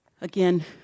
Again